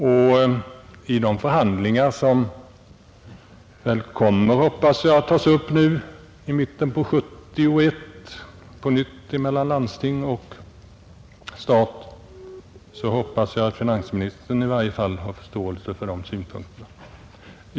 Vid de förhandlingar, som väl i mitten på 1971 kommer att tas upp på nytt mellan landsting och stat, hoppas jag att finansministern i varje fall har förståelse för de synpunkterna.